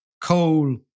coal